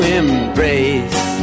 embrace